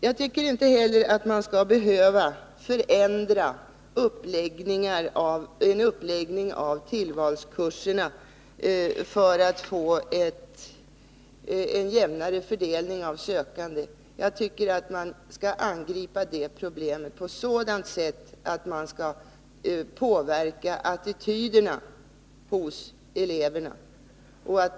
Jag tycker inte heller att man skall behöva förändra en uppläggning av tillvalskurserna för att få en jämnare fördelning av sökandet. Jag tycker att man skall angripa det problemet på sådant sätt att man kan påverka attityderna hos eleverna.